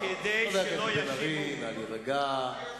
חבר הכנסת בן-ארי, נא להירגע.